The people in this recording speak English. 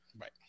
Right